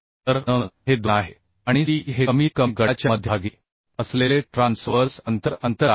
तर N हे 2 आहे आणि c हे कमीत कमी गटाच्या मध्यभागीअसलेले ट्रान्सवर्स अंतर आहे